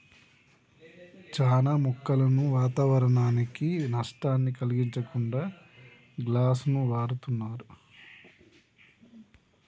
చానా మొక్కలను వాతావరనానికి నష్టాన్ని కలిగించకుండా గ్లాస్ను వాడుతున్నరు